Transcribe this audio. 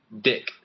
Dick